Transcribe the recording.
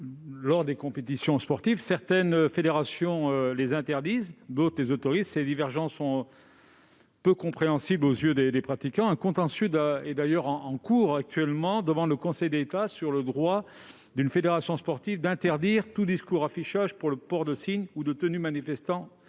lors des compétitions sportives. Certaines fédérations les interdisent, d'autres les autorisent. Ces divergences sont peu compréhensibles pour les pratiquants. Un contentieux est d'ailleurs en cours devant le Conseil d'État sur le droit d'une fédération sportive d'interdire tout discours ou affichage pour le port de signes ou de tenues manifestant